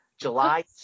July